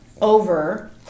over